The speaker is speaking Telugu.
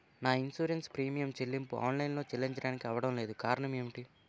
నా ఇన్సురెన్స్ ప్రీమియం చెల్లింపు ఆన్ లైన్ లో చెల్లించడానికి అవ్వడం లేదు కారణం ఏమిటి?